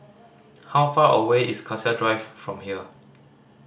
how far away is Cassia Drive from here